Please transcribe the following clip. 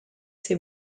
ses